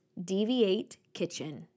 deviatekitchen